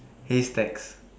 haystacks